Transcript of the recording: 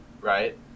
right